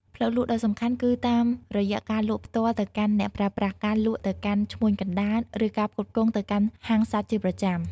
ផ្លូវលក់ដ៏សំខាន់គឺតាមរយៈការលក់ផ្ទាល់ទៅកាន់អ្នកប្រើប្រាស់ ការលក់ទៅកាន់ឈ្មួញកណ្តាល ឬការផ្គត់ផ្គង់ទៅកាន់ហាងសាច់ជាប្រចាំ។